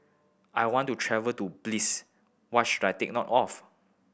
I want to travel to Belize what should I take note of